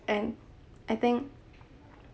and I think